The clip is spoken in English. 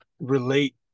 relate